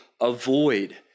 avoid